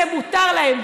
זה מותר להם,